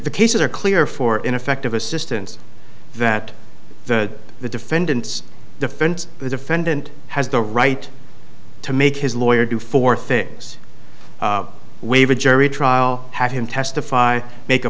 are clear for ineffective assistance that the the defendant's defense the defendant has the right to make his lawyer do four things we have a jury trial have him testify make a